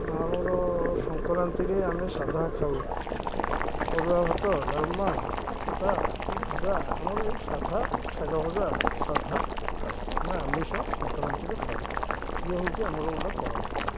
ଆମର ସଂକ୍ରାନ୍ତିରେ ଆମେ ସାଧା ଖାଉ ଅରୁଆ ଭାତ ଡାଲମା ଖଟା ଭଜା ଆମର ଏଇ ସାଧା ଶାଗା ଭଜା ସାଧା ଖାଉ ଆମେ ଆମିଷ ସଂକ୍ରାନ୍ତିରେ ଖାଉ ନାହୁଁ ଇଏ ହେଉଛି ଆମର ଗୋଟେ ପରମ୍ପରା